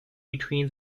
between